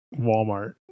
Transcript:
Walmart